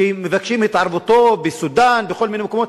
שמבקשים את התערבותו בסודן ובכל מיני מקומות,